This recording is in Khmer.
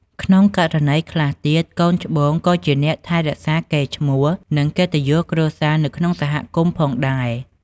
ក្នុងករណីខ្លះទៀត កូនច្បងក៏ជាអ្នកថែរក្សាកេរ្តិ៍ឈ្មោះ និង កិត្តិយសគ្រួសារនៅក្នុងសហគមន៍ផងដែរ។